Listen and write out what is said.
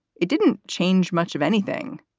it didn't change much of anything.